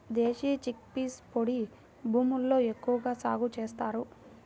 దేశీ chickpeas పొడి భూముల్లో ఎక్కువగా సాగు చేస్తారు